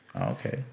Okay